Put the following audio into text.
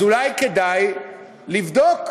אולי כדאי לבדוק,